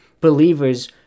believers